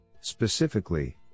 Specifically